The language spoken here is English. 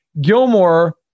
Gilmore